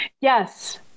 Yes